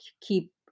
keep